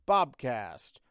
Bobcast